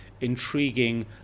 intriguing